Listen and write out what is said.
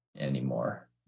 anymore